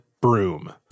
broom